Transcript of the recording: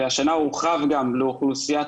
ששם את כל הפתרונות הללו,